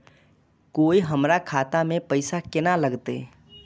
कोय हमरा खाता में पैसा केना लगते?